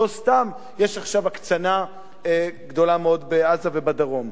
לא סתם יש עכשיו הקצנה גדולה מאוד בעזה ובדרום.